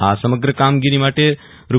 આ સમગ્ર કામગીરી માટે રૂ